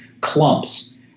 clumps